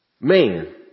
Man